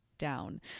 down